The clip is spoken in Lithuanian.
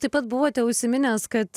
taip pat buvote užsiminęs kad